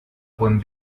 buen